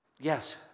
yes